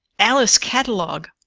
alice catalog,